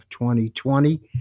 2020